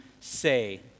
say